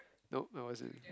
nope no as in